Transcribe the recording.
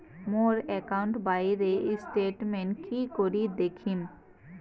মোর account বইয়ের statement কি করি দেখিম?